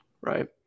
Right